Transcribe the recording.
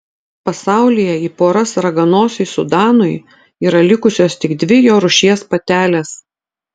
pasaulyje į poras raganosiui sudanui yra likusios tik dvi jo rūšies patelės